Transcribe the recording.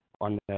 on